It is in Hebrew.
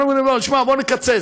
אנחנו אומרים לו: בוא נקצץ.